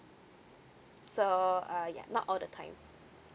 so uh yeah not all the time